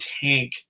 tank